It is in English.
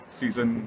season